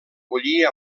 bullir